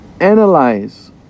analyze